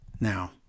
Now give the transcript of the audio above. now